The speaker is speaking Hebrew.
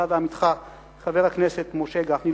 אתה ועמיתך חבר הכנסת משה גפני,